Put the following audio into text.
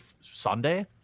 Sunday